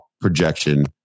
projection